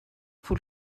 پول